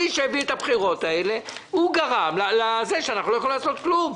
מי שהביא את הבחירות האלו גרם לזה שאנחנו לא יכולים לעשות כלום,